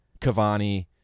Cavani